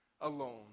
alone